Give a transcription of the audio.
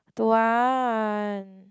don't want